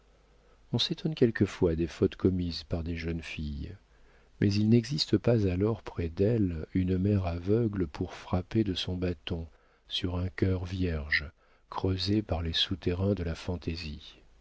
on s'étonne quelquefois des fautes commises par des jeunes filles mais il n'existe pas alors près d'elles une mère aveugle pour frapper de son bâton sur un cœur vierge creusé par les souterrains de la fantaisie